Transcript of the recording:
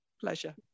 Pleasure